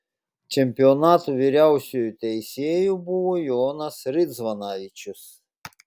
čempionato vyriausiuoju teisėju buvo jonas ridzvanavičius